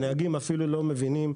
אני אומר את זה מתוך ידיעה.